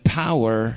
power